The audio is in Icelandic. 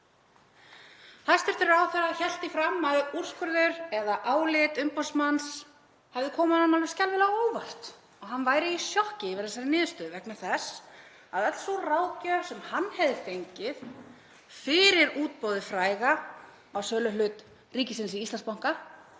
Hæstv. ráðherra hélt því fram að úrskurður eða álit umboðsmanns hefði komið honum alveg skelfilega á óvart og hann væri í sjokki yfir þessari niðurstöðu vegna þess að öll sú ráðgjöf sem hann hefði fengið fyrir útboðið fræga á sölu á hlut ríkisins í Íslandsbanka